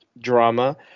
drama